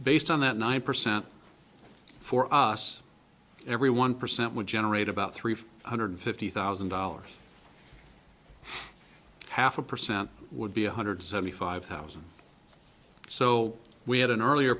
based on that nine percent for us every one percent would generate about three hundred fifty thousand dollars half a percent would be one hundred seventy five thousand so we had an earlier